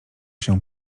się